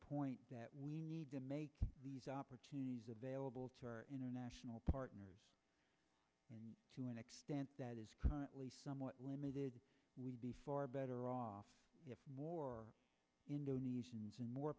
point that we need to make these opportunities available to our partners to an extent that is currently somewhat limited we'd be far better off if more indonesians and more